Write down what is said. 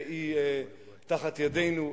והיא תחת ידנו,